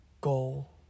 goal